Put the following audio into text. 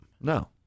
No